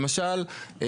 למשל,